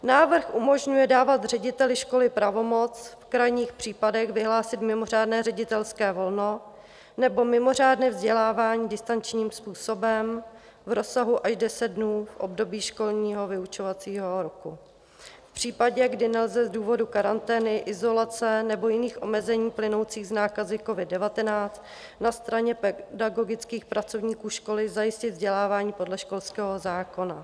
Návrh umožňuje dávat řediteli školy pravomoc v krajních případech vyhlásit mimořádné ředitelské volno nebo mimořádné vzdělávání distančním způsobem v rozsahu až deset dnů v období školního vyučovacího roku v případě, kdy nelze z důvodu karantény, izolace nebo jiných omezení plynoucích z nákazy covid19 na straně pedagogických pracovníků školy zajistit vzdělávání podle školského zákona.